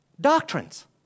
doctrines